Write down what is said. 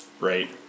right